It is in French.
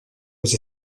aux